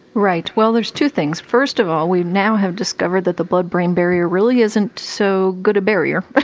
right. well there's two things first of all we now have discovered that the blood brain barrier really isn't so good a barrier. but